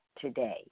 today